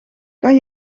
kan